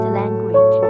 language